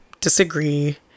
disagree